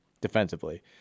defensively